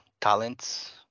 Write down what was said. talents